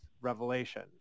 Revelation